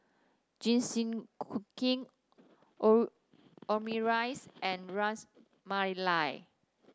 Jingisukan Omurice and Ras Malai